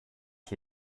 ich